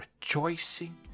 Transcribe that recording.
rejoicing